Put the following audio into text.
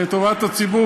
לטובת הציבור,